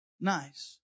nice